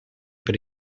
per